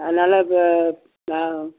அதனால் இப்போ நான்